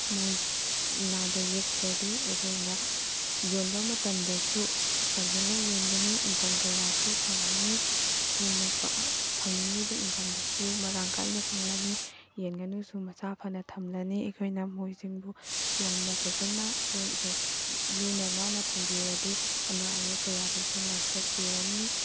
ꯃꯣꯏ ꯅꯥꯗ ꯌꯦꯛꯇ꯭ꯔꯗꯤ ꯑꯩꯈꯣꯏꯅ ꯌꯣꯟꯕ ꯃꯇꯝꯗꯁꯨ ꯐꯖꯅ ꯌꯣꯟꯒꯅꯤ ꯏꯪꯀꯝ ꯀꯌꯥꯁꯨ ꯐꯪꯒꯅꯤ ꯑꯩꯈꯣꯏꯅ ꯐꯪꯅꯤꯡꯂꯤꯕ ꯏꯟꯀꯝꯗꯨꯁꯨ ꯃꯔꯥꯡ ꯀꯥꯏꯅ ꯐꯪꯂꯅꯤ ꯌꯦꯟ ꯉꯥꯅꯨꯁꯨ ꯃꯁꯥ ꯐꯅ ꯊꯝꯂꯅꯤ ꯑꯩꯈꯣꯏꯅ ꯃꯈꯣꯏꯁꯤꯡꯕꯨ ꯌꯥꯝꯅ ꯐꯖꯅ ꯂꯨꯅ ꯅꯥꯟꯅ ꯊꯝꯕꯤꯔꯗꯤ ꯑꯅꯥ ꯑꯌꯦꯛ ꯀꯌꯥꯗꯁꯨ ꯉꯥꯛꯊꯣꯛꯄꯤꯔꯅꯤ